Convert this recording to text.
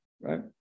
right